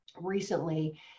recently